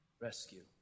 rescue